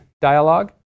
dialog